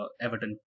Everton